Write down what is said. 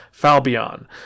Falbion